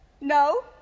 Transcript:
no